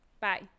Bye